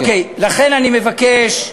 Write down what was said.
אוקיי, לכן אני מבקש,